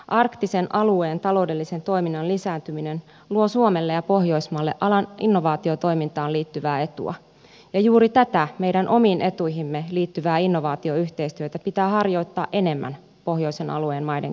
arktisen alueen taloudellisen toiminnan lisääntyminen luo suomelle ja pohjoismaille alan innovaatiotoimintaan liittyvää etua ja juuri tätä meidän omiin etuihimme liittyvää innovaatioyhteistyötä pitää harjoittaa enemmän pohjoisen alueen maiden kesken